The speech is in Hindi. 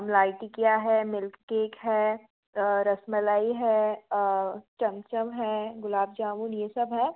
मलाई टिकिया है मिल्क केक है रसमलाई है छम छम है गुलाब जामुन ये सब है